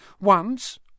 Once